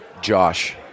Josh